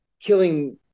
killing